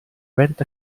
rent